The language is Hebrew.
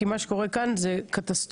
כי מה שקורה כאן זה קטסטרופה.